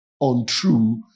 untrue